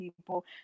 people